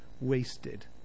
wasted